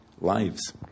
lives